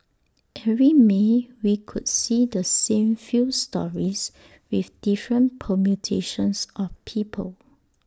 every may we could see the same few stories with different permutations of people